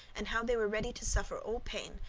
and how they were ready to suffer all pain,